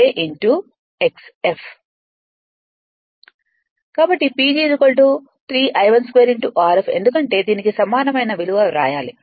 కాబట్టి PG 3 I1 2 Rf ఎందుకంటే దీనికి సమానమైన విలువ వ్రాయాలి